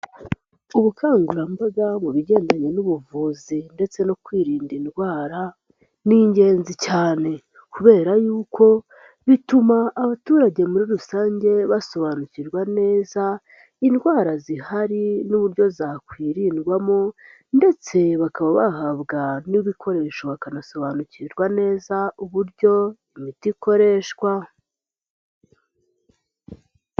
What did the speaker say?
Ubukangurambaga mu bijyendanye n'ubuvuzi, ndetse no kwirinda indwara, ni ingenzi cyane. Kubera yuko bituma abaturage muri rusange basobanukirwa neza, indwara zihari n'uburyo zakwirindwamo, ndetse bakaba bahabwa n'ibikoresho bakanasobanukirwa neza uburyo imiti ikoreshwa.